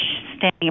standing